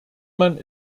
man